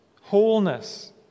wholeness